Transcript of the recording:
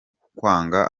kwanga